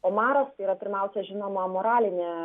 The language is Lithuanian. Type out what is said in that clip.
o maras yra pirmiausia žinoma moralinė